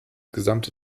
gesamte